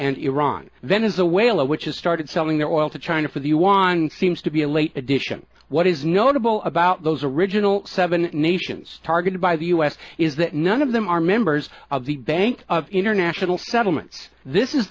whale which has started selling their oil to china for the want seems to be a late edition what is notable about those original seven nations targeted by the us is that none of them are members of the bank of international settlements this is